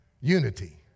Unity